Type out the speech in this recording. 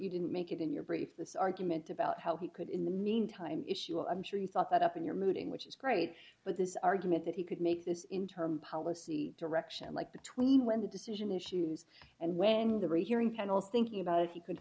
you didn't make it in your brief this argument about how he could in the meantime issue i'm sure you thought that up in your moving which is great but this argument that he could make this in term policy direction like between when the decision issues and when the rehearing panel's thinking about if you could